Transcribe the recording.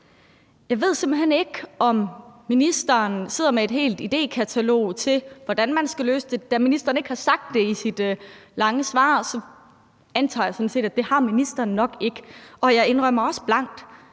Jeg ved simpelt hen ikke, om ministeren sidder med et helt idékatalog til, hvordan man skal løse det. Da ministeren ikke har sagt det i sit lange svar, antager jeg sådan set, at det har ministeren nok ikke. Og jeg indrømmer også blankt,